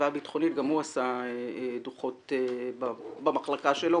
הביטחונית וגם הוא עשה דוחות במחלקה שלו.